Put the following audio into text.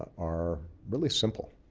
are really simple.